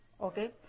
Okay